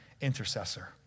intercessor